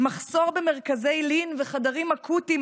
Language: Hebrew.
מחסור במרכזי לין ובחדרים אקוטיים,